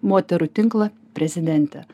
moterų tinklo prezidentė